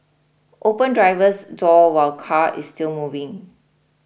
open driver's door while car is still moving